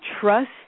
trust